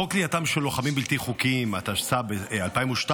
חוק כליאתם של לוחמים בלתי חוקיים, התשס"ב 2002,